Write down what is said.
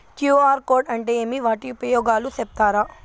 QR code అంటే ఏమి వాటి ఉపయోగాలు సెప్తారా?